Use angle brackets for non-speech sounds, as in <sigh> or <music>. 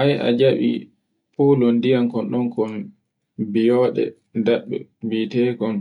Ai a jaɓi folon <noise> diyam koldom kolɗom kol biyoɗe dadde mbietekom